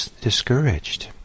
discouraged